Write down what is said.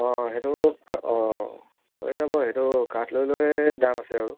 অঁ সেইটো অঁ হৈ যাব সেইটো কাঠ লৈ লৈ দাম আছে আৰু